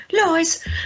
Lies